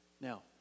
now